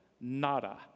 Nada